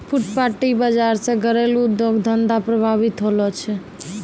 फुटपाटी बाजार से घरेलू उद्योग धंधा प्रभावित होलो छै